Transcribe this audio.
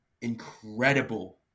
incredible